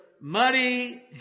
muddy